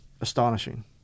astonishing